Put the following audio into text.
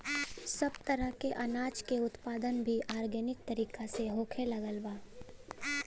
सब तरह के अनाज के उत्पादन भी आर्गेनिक तरीका से होखे लागल बा